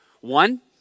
One